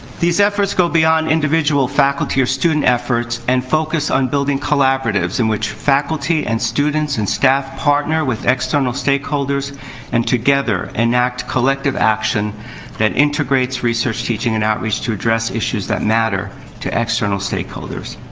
these efforts go beyond individual faculty or student efforts and focus on building collaboratives in which faculty and students and staff partner with external stakeholders and, together, enact collective action that integrates research, teaching, and outreach to address issues that matter to external stakeholders.